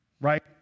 right